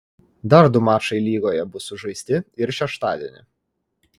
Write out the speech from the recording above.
dar du mačai lygoje bus sužaisti ir šeštadienį